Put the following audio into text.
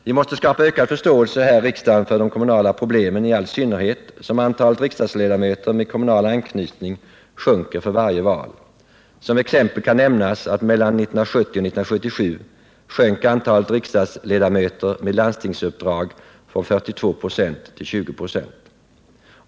Vi måste skapa ökad förståelse här i riksdagen för de kommunala problemen, i all synnerhet som antalet riksdagsledamöter med kommunal anknytning sjunker för varje val. Som exempel kan nämnas att mellan 1970 och 1977 minskade antalet riksdagsmän med landstingsuppdrag från 42 96 till 20 96.